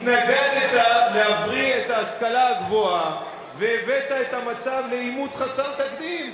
התנגדת להבריא את ההשכלה הגבוהה והבאת את המצב לעימות חסר תקדים?